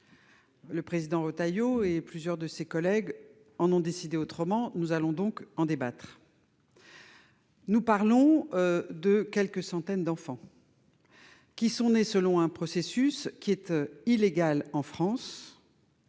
Le président Retailleau et plusieurs de ses collègues en ont décidé autrement, et nous allons donc en débattre. Nous parlons de quelques centaines d'enfants, nés dans le cadre d'un processus aujourd'hui illégal en France